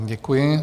Děkuji.